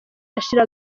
ashira